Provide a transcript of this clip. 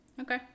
Okay